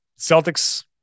Celtics